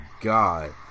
God